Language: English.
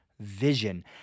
vision